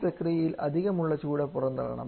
ഈ പ്രക്രിയയിൽ അധികം ഉള്ള ചൂട് പുറം തള്ളണം